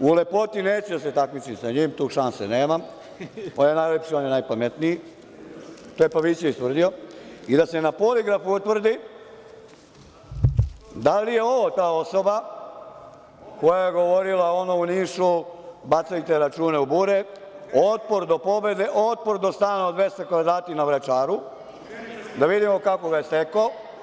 u lepoti neću da se takmičim sa njim, tu šanse nemam, on je najlepši, on je najpametniji, to je Pavićević tvrdio, i da se na poligrafu utvrdi da li je ovo ta osoba koja je govorila ono u Nišu – bacajte račune u bure, Otpor do pobede, Otpor do stana od 200 kvadrata na Vračaru, da vidimo kako ga je stekao.